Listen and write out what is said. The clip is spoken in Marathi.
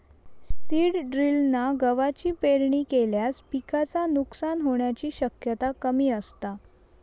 सीड ड्रिलना गवाची पेरणी केल्यास पिकाचा नुकसान होण्याची शक्यता कमी असता